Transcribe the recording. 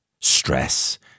stress